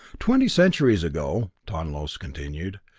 twenty centuries ago, tonlos continued,